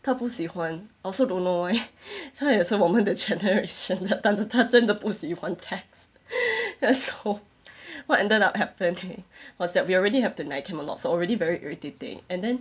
他不喜欢 I also don't know why 他也是我们的 generation 的但是他真的不喜欢 text and so what ended up happening was that we already have to nag him a lot so already very irritating and then